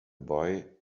boy